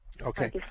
Okay